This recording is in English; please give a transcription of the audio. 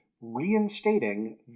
reinstating